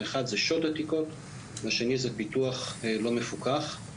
האחד זה שוד עתיקות והשני זה פיקוח לא מפוקח,